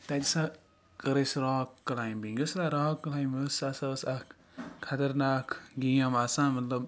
تَتہ ہسا کٔر اَسہِ راک کلایمبِنٛگ یۄس ہسا راک کلایمب ٲسۍ سۄ ٲسۍ اکھ خَطرناک گیم آسان مَطلَب